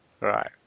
Right